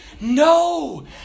No